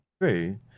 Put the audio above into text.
true